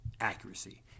accuracy